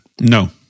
No